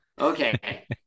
okay